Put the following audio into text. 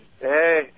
Hey